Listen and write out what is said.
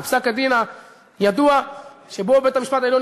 בפסק-הדין הידוע שבו בית-המשפט העליון